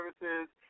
services